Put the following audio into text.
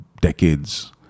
decades